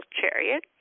chariot